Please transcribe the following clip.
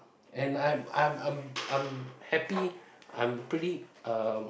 and I'm I'm I'm I'm happy I'm pretty uh